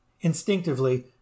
Instinctively